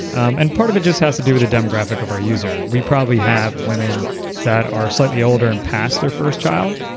um and part of it just has to do with the demographic of our user we probably have women that are slightly older and past their first child,